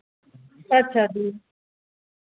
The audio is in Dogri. अच्छा जी